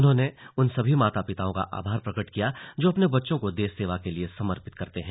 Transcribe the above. उन्होंने उन सभी माता पिता का आभार प्रकट किया जो अपने बच्चों को देश सेवा के लिए समर्पित करते हैं